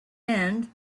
and